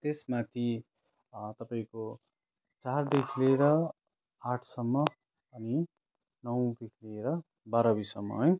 त्यसमाथि तपाईँको चारदेखि लिएर आठसम्म हामी नौदेखि लिएर बाह्रवीसम्म है